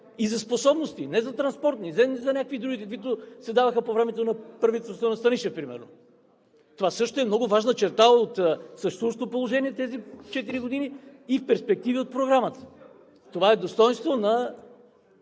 и за способности. Не за транспорт, не за някакви други, каквито се даваха по времето на правителството на Станишев, примерно. Това е много важна черта от съществуващото положение през тези четири години и перспективи от Програмата. Това е достойнство на